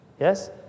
Yes